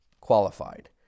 qualified